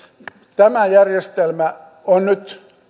tämä järjestelmä on nyt